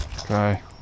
Okay